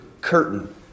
curtain